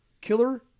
Killer